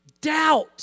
doubt